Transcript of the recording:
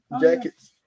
jackets